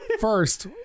first